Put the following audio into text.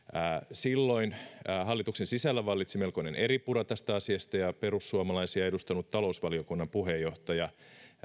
silloin hallituksen sisällä vallitsi melkoinen eripura tästä asiasta ja perussuomalaisia edustanut talousvaliokunnan puheenjohtaja